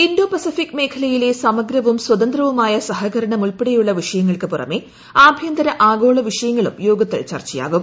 Indo Pacific മേഖലയിലെ സമഗ്രവും സ്വതന്ത്രവുമായ സഹകരണമുൾപ്പടെയുള്ള വിഷയങ്ങൾക്ക് പുറമേ ആഭ്യന്തര ആഗോള വിഷയങ്ങളും യോഗത്തിൽ ചർച്ചയാകും